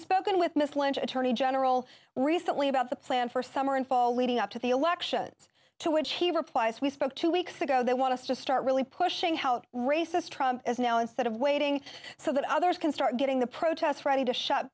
spoken with miss lunch attorney general recently about the plan for summer and fall leading up to the elections to which he replies we spoke to weeks ago they want to start really pushing how racist is now instead of waiting so that others can start getting the protests ready to sh